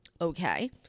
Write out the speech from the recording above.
Okay